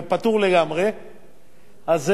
אז הם משלמים הרבה מעבר למה שהם קיבלו.